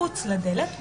מחוץ לדלת,